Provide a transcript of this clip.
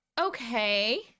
okay